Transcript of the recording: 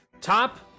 Top